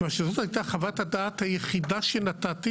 כיוון שזאת הייתה חוות הדעת היחידה שנתתי